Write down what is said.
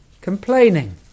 complaining